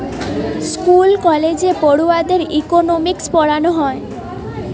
school কলেজে পড়ুয়াদের economics পোড়ানা হয়